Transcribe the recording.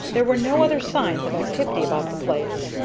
there were no other signs of activity about the place.